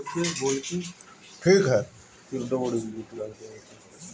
व्यक्तिगत वित्त में अपनी पाई पाई कअ हिसाब रखल जात हवे